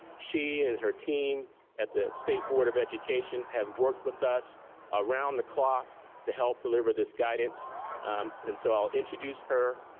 she and her team at the state board of education have worked with us around the clock to help deliver this guidance and so i'll introduce her.